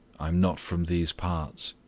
i am not from these parts.